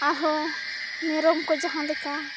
ᱟᱨᱦᱚᱸ ᱢᱮᱨᱚᱢ ᱠᱚ ᱡᱟᱦᱟᱸ ᱞᱮᱠᱟ